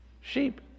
Sheep